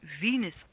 Venus